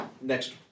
next